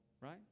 Right